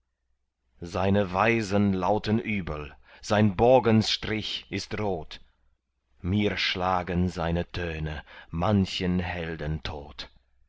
seine weisen lauten übel sein bogenstrich ist rot mir schlagen seine töne manchen helden tot